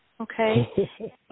Okay